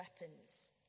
weapons